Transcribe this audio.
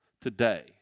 today